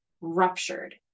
ruptured